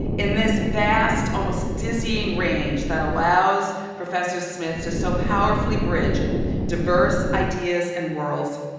in this fast, almost dizzying range that allows professor smith to so powerfully bridge diverse ideas and worlds,